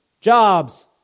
Jobs